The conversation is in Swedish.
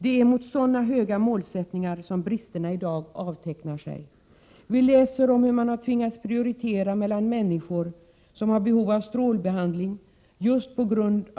Det är mot sådana höga mål som bristerna i dag avtecknar sig. Vi läser om hur man på grund av brist på vårdpersonal har tvingats prioritera mellan människor som har behov av strålbehandling.